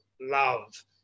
love